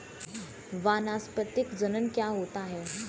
वानस्पतिक जनन क्या होता है?